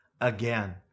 again